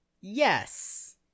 Yes